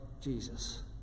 Jesus